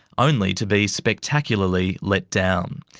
only to be spectacularly let down.